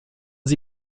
sie